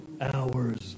hours